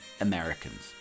Americans